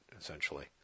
essentially